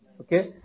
Okay